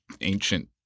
ancient